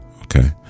Okay